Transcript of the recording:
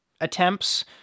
attempts